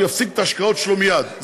הוא יפסיק את ההשקעות שלו מייד.